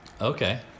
Okay